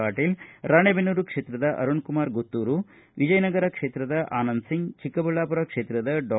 ಪಾಟೀಲ್ ರಾಜೇಬೆನ್ನೂರು ಕ್ಷೇತ್ರದ ಅರುಣ್ಕುಮಾರ್ ಗುತ್ತೂರು ವಿಜಯನಗರ ಕ್ಷೇತ್ರದ ಆನಂದ್ ಸಿಂಗ್ ಚಿಕ್ಕಬಳ್ಳಾಪುರ ಕ್ಷೇತ್ರದ ಡಾ